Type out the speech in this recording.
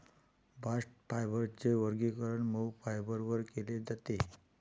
bast फायबरचे वर्गीकरण मऊ फायबर म्हणून केले जाते